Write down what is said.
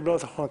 אם לא אז נצביע.